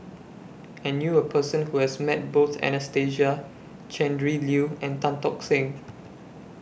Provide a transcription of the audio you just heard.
I knew A Person Who has Met Both Anastasia Tjendri Liew and Tan Tock Seng